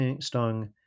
stung